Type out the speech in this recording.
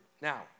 Now